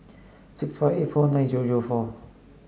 six five eight four nine zero zero four